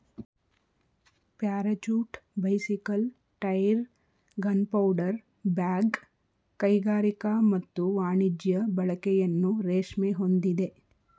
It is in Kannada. parachute bicycle tyre gunpowder bag ಕೈಗಾರಿಕಾ ಮತ್ತು ವಾಣಿಜ್ಯ ಬಳಕೆಯನ್ನು ರೇಷ್ಮೆ ಹೊಂದಿದೆ